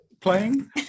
playing